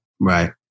Right